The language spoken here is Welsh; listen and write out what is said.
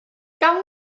gawn